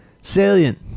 Salient